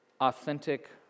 authentic